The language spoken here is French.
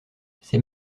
c’est